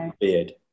beard